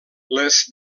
les